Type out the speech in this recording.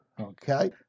okay